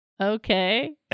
okay